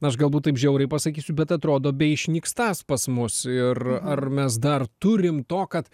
aš galbūt taip žiauriai pasakysiu bet atrodo beišnykstąs pas mus ir ar mes dar turim to kad